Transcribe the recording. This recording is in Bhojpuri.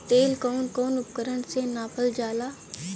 तेल कउन कउन उपकरण से नापल जाला?